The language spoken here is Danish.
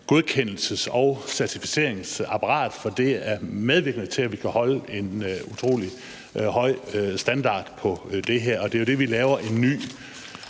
godkendelses- og certificeringsapparat, for det er medvirkende til, at vi kan holde en utrolig høj standard. Det er jo det, vi laver en ny